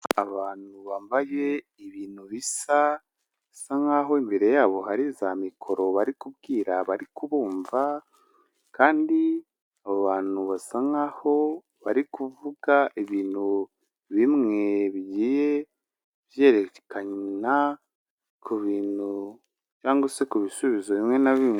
Abantu bambaye ibintu bisa bisa nkaho imbere yabo hari za mikoro bari kubwira abari kubumva kandi abo bantu basa nkaho bari kuvuga ibintu bimwe bigiye byerekana kubintu cyangwa se ku bisubizo bimwe na bimwe.